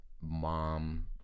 mom